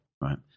right